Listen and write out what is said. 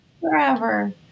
forever